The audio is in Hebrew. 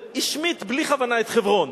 והשמיט בלי כוונה את חברון,